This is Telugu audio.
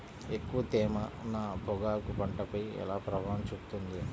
ఎక్కువ తేమ నా పొగాకు పంటపై ఎలా ప్రభావం చూపుతుంది?